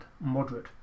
moderate